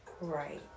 Right